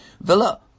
Villa